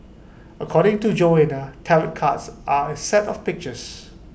according to Joanna tarot cards are A set of pictures